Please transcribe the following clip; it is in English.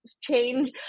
change